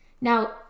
now